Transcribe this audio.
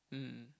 mm